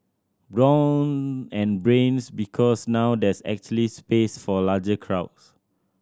brawn and Brains Because now there's actually space for larger crowds